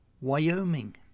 Wyoming